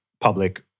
public